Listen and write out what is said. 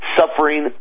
suffering